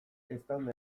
eztanda